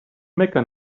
mecca